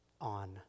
on